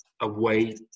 away